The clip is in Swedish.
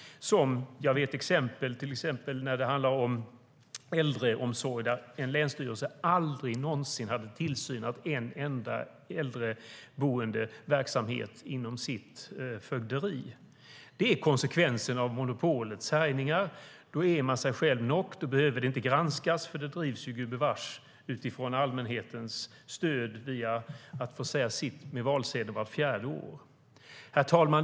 När det handlar om äldreomsorg vet jag till exempel att en länsstyrelse aldrig någonsin utövade tillsyn över en enda äldreboendeverksamhet inom sitt fögderi. Det är konsekvensen av monopolets härjningar. Då är man "sig selv nok". Då behöver det inte granskas, för det drivs ju gubevars utifrån allmänhetens stöd via att få säga sitt med valsedeln vart fjärde år. Herr talman!